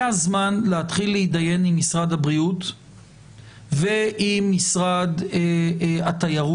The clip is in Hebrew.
זה הזמן להתחיל להתדיין עם משרד הבריאות ועם משרד התיירות,